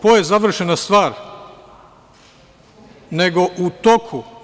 Po" je završena stvar, nego u toku.